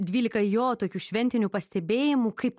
dvylika jo tokių šventinių pastebėjimų kaip